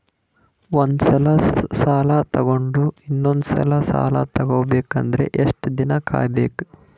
ಒಂದ್ಸಲ ಸಾಲ ತಗೊಂಡು ಇನ್ನೊಂದ್ ಸಲ ಸಾಲ ತಗೊಬೇಕಂದ್ರೆ ಎಷ್ಟ್ ದಿನ ಕಾಯ್ಬೇಕ್ರಿ?